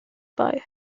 bei